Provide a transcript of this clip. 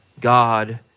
God